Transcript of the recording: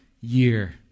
year